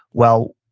well,